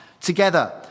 together